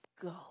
go